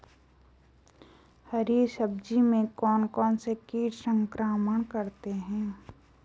हरी सब्जी में कौन कौन से कीट संक्रमण करते हैं?